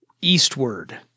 eastward